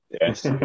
Yes